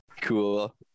Cool